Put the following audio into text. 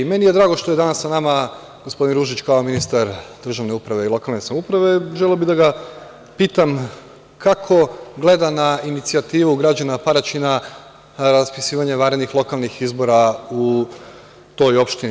Meni je drago što je danas sa nama gospodin Ružić, kao ministar državne uprave i lokalne samouprave, želeo bih da ga pitam kako gleda na inicijativu građana Paraćina za raspisivanje vanrednih lokalnih izbora u toj opštini?